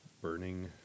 burning